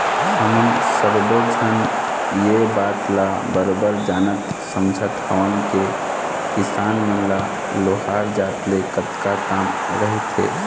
हमन सब्बे झन ये बात ल बरोबर जानत समझत हवन के किसान मन ल लोहार जात ले कतका काम रहिथे